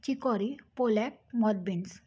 chicory pollock moth beans